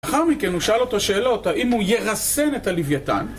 לאחר מכן הוא שאל אותו שאלות האם הוא ירסן את הלוויתן